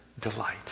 delight